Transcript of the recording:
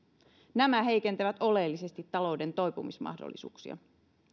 nämä heikentävät oleellisesti talouden toipumismahdollisuuksia